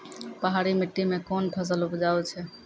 पहाड़ी मिट्टी मैं कौन फसल उपजाऊ छ?